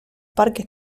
parque